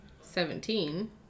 seventeen